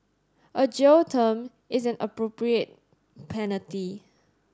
a jail term is an appropriate penalty